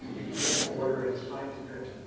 if you drink the water and it's fine to drink.